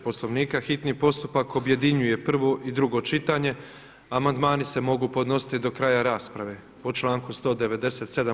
Poslovnika hitni postupak objedinjuje prvo i drugo čitanje a amandmani se mogu podnositi do kraja rasprave po članku 197.